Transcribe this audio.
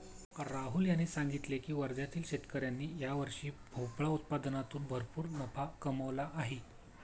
राहुल यांनी सांगितले की वर्ध्यातील शेतकऱ्यांनी यावर्षी भोपळा उत्पादनातून भरपूर नफा कमावला आहे